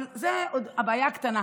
אבל זו עוד הבעיה הקטנה,